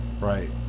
Right